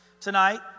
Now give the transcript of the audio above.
tonight